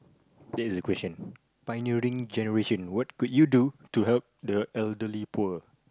this the question pioneering generation what could you do to help the elderly poor